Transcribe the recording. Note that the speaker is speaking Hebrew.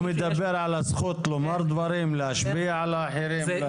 הוא מדבר על הזכות לומר דברים כדי להשפיע על אחרים.